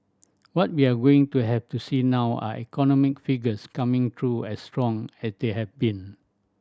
what we're going to have to see now are economic figures coming through as strong as they have been